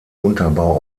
unterbau